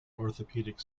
orthopaedic